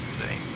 today